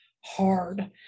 hard